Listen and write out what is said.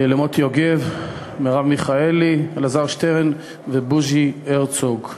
מוטי יוגב, מרב מיכאלי, אלעזר שטרן ובוז'י הרצוג.